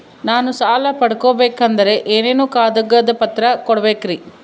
ನಾನು ಸಾಲ ಪಡಕೋಬೇಕಂದರೆ ಏನೇನು ಕಾಗದ ಪತ್ರ ಕೋಡಬೇಕ್ರಿ?